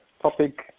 topic